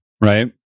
Right